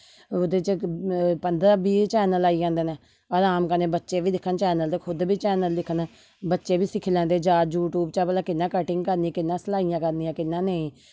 ओहदे च इक फंदरा बीह् चैनल आई जंदे न आराम कन्ने बच्चे बी दिक्खन चैनल ते खुद बी चैनल दिक्खने बच्चे बी सिक्खी लेंदे जाॅच यूट्यूब च भला कियां कटिंग करनी कियां सलाइयां करनियां कियां नेई